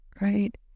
Right